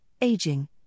Aging